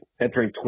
entering